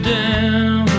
down